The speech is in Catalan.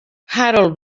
harold